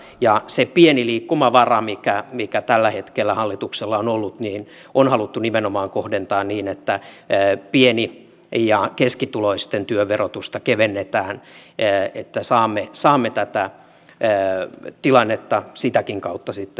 ja se pieni liikkumavara mikä tällä hetkellä hallituksella on ollut on haluttu nimenomaan kohdentaa niin että pieni ja keskituloisten työn verotusta kevennetään että saamme tätä tilannetta sitäkin kautta sitten oikaistua